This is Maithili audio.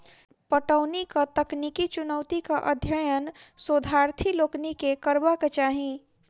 पटौनीक तकनीकी चुनौतीक अध्ययन शोधार्थी लोकनि के करबाक चाही